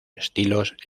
estilos